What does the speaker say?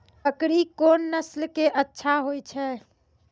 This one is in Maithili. बकरी कोन नस्ल के अच्छा होय छै?